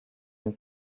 une